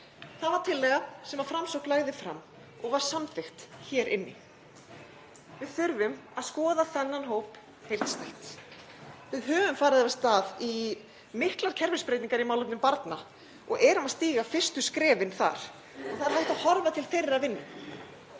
Það var tillaga sem Framsókn lagði fram og var samþykkt hér inni. Við þurfum að skoða þennan hóp heildstætt. Við höfum farið af stað í miklar kerfisbreytingar í málefnum barna og erum að stíga fyrstu skrefin þar og það er hægt að horfa til þeirrar vinnu.